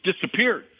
disappeared